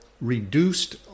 reduced